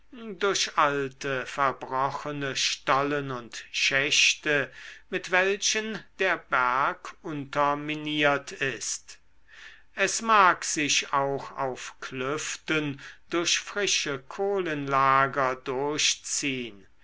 durch alte verbrochene stollen und schächte mit welchen der berg unterminiert ist es mag sich auch auf klüften durch frische kohlenlager durchziehn